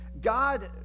God